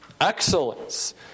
excellence